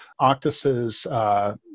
Octuses